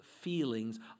feelings